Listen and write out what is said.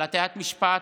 על הטיית משפט,